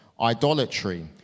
idolatry